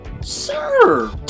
Sir